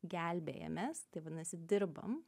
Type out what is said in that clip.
gelbėjamės tai vadinasi dirbam